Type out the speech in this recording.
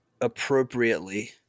appropriately